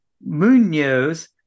Munoz